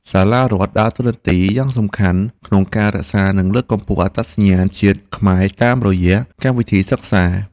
សាលារដ្ឋដើរតួនាទីយ៉ាងសំខាន់ក្នុងការរក្សានិងលើកកម្ពស់អត្តសញ្ញាណជាតិខ្មែរតាមរយៈកម្មវិធីសិក្សា។